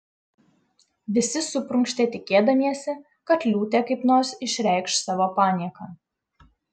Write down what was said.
visi suprunkštė tikėdamiesi kad liūtė kaip nors išreikš savo panieką